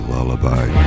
Lullaby